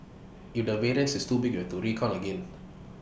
if the variance is too big to recount again